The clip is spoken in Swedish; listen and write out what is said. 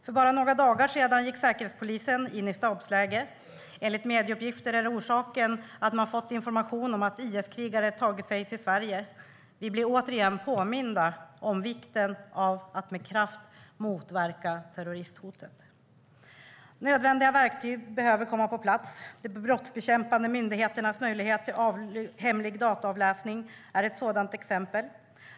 För bara några dagar sedan gick säkerhetspolisen in i stabsläge. Enligt medieuppgifter är orsaken att man har fått information om att IS-krigare har tagit sig till Sverige. Vi blir återigen påminda om vikten av att med kraft motverka terroristhotet. Nödvändiga verktyg behöver komma på plats. De brottsbekämpande myndigheternas möjlighet till hemlig dataavläsning är ett sådant exempel.